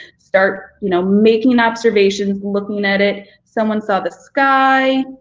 start you know making observations looking at it. someone saw the sky.